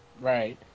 Right